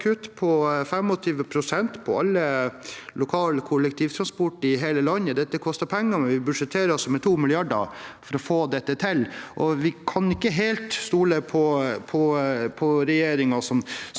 et flatt kutt på 25 pst. på all lokal kollektivtransport i hele landet. Dette koster penger, men vi budsjetterer med 2 mrd. kr for å få det til. Vi kan ikke helt stole på regjeringen, som